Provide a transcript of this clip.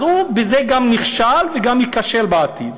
אז בזה הוא גם נכשל וגם ייכשל בעתיד.